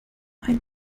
einen